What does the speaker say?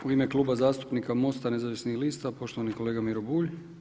U ime Kluba zastupnika MOST-a nezavisnih lista, poštovani kolega Miro Bulj.